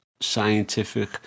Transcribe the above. scientific